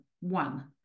one